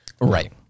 Right